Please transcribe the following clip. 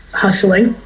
hustling,